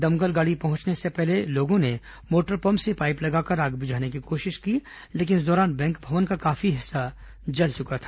दमकल गाडी पहंचने से पहले लोगों ने मोटर पम्प से पाईप लगाकर आग बुझाने की कोशिश की लेकिन इस दौरान बैंक भवन का काफी हिस्सा जल चुका था